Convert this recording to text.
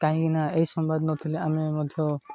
କାହିଁକି ନା ଏଇ ସମ୍ବାଦ ନଥିଲେ ଆମେ ମଧ୍ୟ